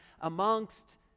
amongst